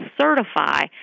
certify